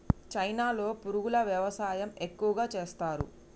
చైనాలో పురుగుల వ్యవసాయం ఎక్కువగా చేస్తరు